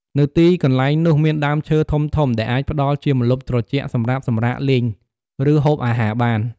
នៅទីកន្លែងនោះមានដើមឈើធំៗដែលអាចផ្តល់ជាម្លប់ត្រជាក់សម្រាប់សម្រាកលេង ឬហូបអាហារបាន។